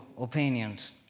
opinions